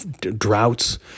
droughts